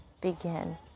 begin